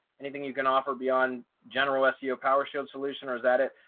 anything you can offer beyond general ah seo powershell solution or is that it?